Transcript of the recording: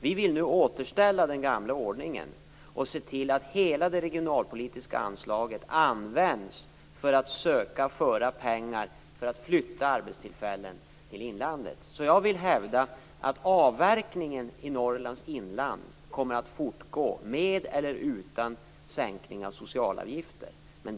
Vi vill nu återställa den gamla ordningen och se till att hela det regionalpolitiska anslaget används för att söka föra pengar och flytta arbetstillfällen till inlandet. Jag vill hävda att avverkningen i Norrlands inland kommer att fortgå med eller utan sänkning av socialavgifter.